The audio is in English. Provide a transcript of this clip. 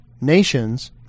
nations—